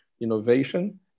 innovation